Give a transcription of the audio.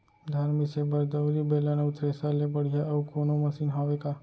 धान मिसे बर दउरी, बेलन अऊ थ्रेसर ले बढ़िया अऊ कोनो मशीन हावे का?